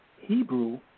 Hebrew